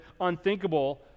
unthinkable